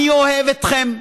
אני אוהב אתכם,